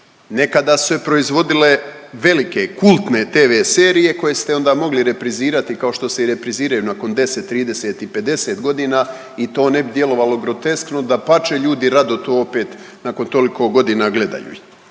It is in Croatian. Nekada su se proizvodile velike, kultne TV serije koje ste onda mogli reprizirati, kao što se i repriziraju nakon 10, 30 i 50 godina i to ne bi djelovalo groteskno, dapače, ljudi rado to opet nakon toliko godina gledaju.